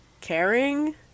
caring